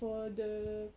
for the